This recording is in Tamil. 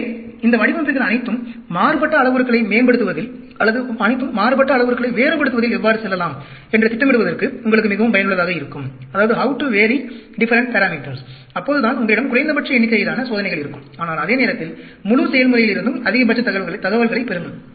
எனவே இந்த வடிவமைப்புகள் அனைத்தும் மாறுபட்ட அளவுருக்களை வேறுபடுத்துவதில் எவ்வாறு செல்லலாம் என்று திட்டமிடுவதற்கு உங்களுக்கு மிகவும் பயனுள்ளதாக இருக்கும் அப்போதுதான் உங்களிடம் குறைந்தபட்ச எண்ணிக்கையிலான சோதனைகள் இருக்கும் ஆனால் அதே நேரத்தில் முழு செயல்முறையிலிருந்தும் அதிகபட்ச தகவல்களைப் பெறுங்கள்